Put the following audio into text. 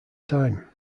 time